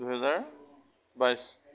দুহেজাৰ বাইছ